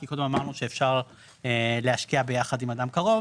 כי קודם אמרנו שאפשר להשקיע ביחד עם אדם קרוב,